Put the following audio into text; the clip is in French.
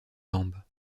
jambes